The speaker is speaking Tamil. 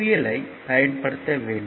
எல் ஐ பயன்படுத்த வேண்டும்